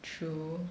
true